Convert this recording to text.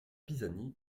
pisani